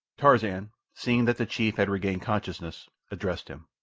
tarzan, seeing that the chief had regained consciousness, addressed him.